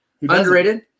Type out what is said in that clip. underrated